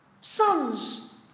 Sons